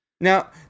Now